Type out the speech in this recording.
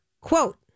Quote